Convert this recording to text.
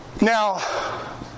Now